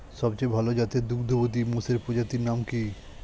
সবচেয়ে ভাল জাতের দুগ্ধবতী মোষের প্রজাতির নাম কি?